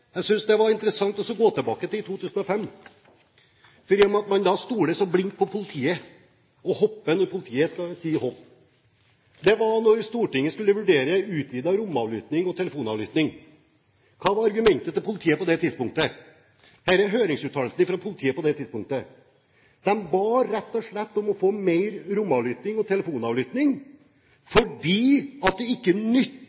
Jeg synes det er interessant å gå tilbake til 2005, i og med at man stoler så blindt på politiet – og hopper når politiet sier hopp. Det var da Stortinget skulle vurdere utvidet romavlytting og telefonavlytting. Hva var argumentet fra politiet på det tidspunktet? Her er høringsuttalelsene fra politiet på det tidspunktet: De ba rett og slett om adgang til mer romavlytting og telefonavlytting, fordi det ikke nyttet å bekjempe kriminalitet ved å overvåke telefoner og